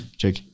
check